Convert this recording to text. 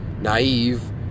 naive